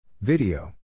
Video